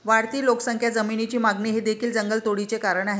वाढती लोकसंख्या, जमिनीची मागणी हे देखील जंगलतोडीचे कारण आहे